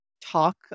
talk